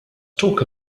talk